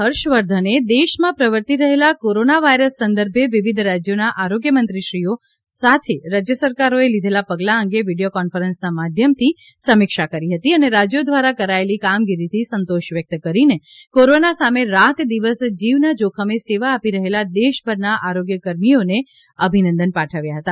હર્ષવર્ધને દેશમાં પ્રવર્તી રહેલા કોરોના વાયરસ સંદર્ભે વિવિધ રાજ્યોના આરોગ્ય મંત્રીશ્રીઓ સાથે રાજ્ય સરકારોએ લીઘેલા પગલા અંગે વિડીયો કોન્ફરન્સના માધ્યમથી સમીક્ષા કરી હતી અને રાજ્યો દ્વારા કરાયેલી કામગીરીથી સંતોષ વ્યક્ત કરીને કોરોના સામે રાત દિવસ જીવના જોખમે સેવા આપી રહેલાં દેશભરના આરોગ્ય કર્મીઓને અભિનંદન પાઠવ્યા હતા